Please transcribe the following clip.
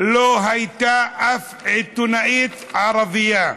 לא הייתה אף עיתונאית ערבייה.